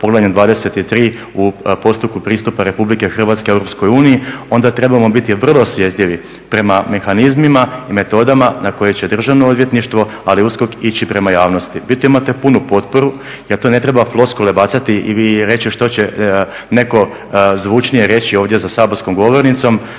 u postupku pristupa Republike Hrvatske EU. Onda trebamo biti vrlo osjetljivi prema mehanizmima i metodama na koje će državno odvjetništvo, ali i USKOK ići prema javnosti. Vi tu imate punu potporu, jer tu ne treba floskule bacati i reći što će neko zvučnije reći ovdje za saborskom govornicom.